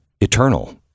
eternal